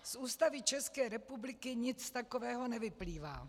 Z Ústavy České republiky nic takového nevyplývá.